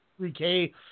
3K